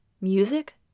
MUSIC